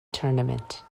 tournament